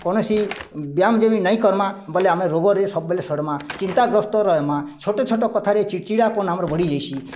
କୌଣସି ବ୍ୟାୟାମ୍ ଯଦି ନାଇଁ କର୍ମା ବେଲେ ଆମେ ରୋଗରେ ସବୁବେଲେ ଶଢ଼୍ମା ଚିନ୍ତାଗ୍ରସ୍ତ ରହେମା ଛୋଟ୍ ଛୋଟ୍ କଥାରେ ଚିଡ଼ଚିଡ଼ାପଣ୍ ଆମର୍ ବଢ଼ିଯିସି